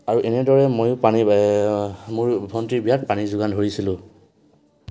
আৰু এনেদৰে মইও পানীৰ মোৰ ভণ্টিৰ বিয়াত পানী যোগান ধৰিছিলোঁ